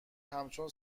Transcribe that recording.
همچون